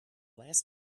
last